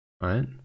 right